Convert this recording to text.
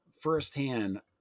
firsthand